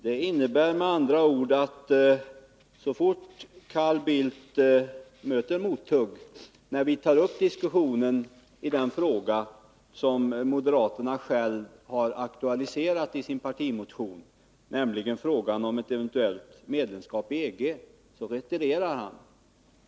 Det innebär med andra ord att så fort Carl Bildt möter mothugg när vi tar upp diskussionen i den fråga som moderaterna själva har aktualiserat i sin partimotion, nämligen frågan om ett eventuellt medlemskap i EG, retirerar han.